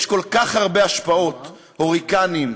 יש כל כך הרבה השפעות: הוריקנים,